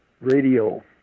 radio